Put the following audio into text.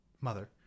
mother